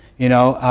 you know,